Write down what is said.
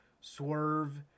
Swerve